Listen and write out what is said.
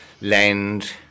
land